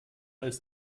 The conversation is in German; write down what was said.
ist